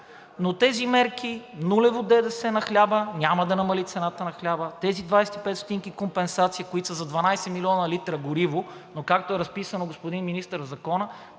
но тези мерки – нулево ДДС на хляба, няма да намали цената на хляба; тези 25 стотинки компенсации, които са за 12 милиона литра гориво, но както е записано, господин Министър в закона,